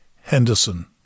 Henderson